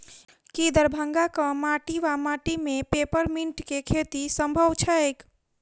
की दरभंगाक माटि वा माटि मे पेपर मिंट केँ खेती सम्भव छैक?